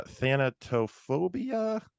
Thanatophobia